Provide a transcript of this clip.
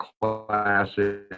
classic